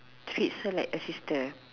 treats her like a sister